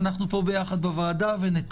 אנו פה ביחד בוועדה.